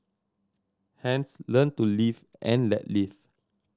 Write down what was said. hence learn to live and let live